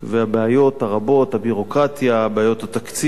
והבעיות הרבות, הביורוקרטיה, בעיות התקציב,